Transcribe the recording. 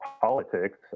politics